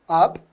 up